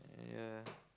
yeah